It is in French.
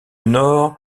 nord